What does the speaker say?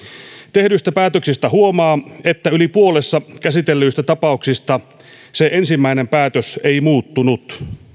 tehdyistä päätöksistä huomaa että yli puolessa käsitellyistä tapauksista se ensimmäinen päätös ei muuttunut